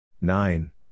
nine